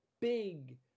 big